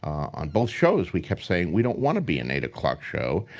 on both shows, we kept saying, we don't wanna be an eight o'clock show.